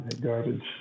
garbage